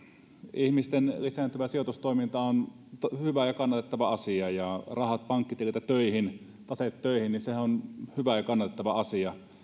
ihmisten lisääntyvä sijoitustoiminta on hyvä ja kannatettava asia ja rahat pankkitililtä töihin taseet töihin sehän on hyvä ja kannatettava asia